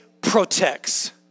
protects